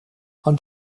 ond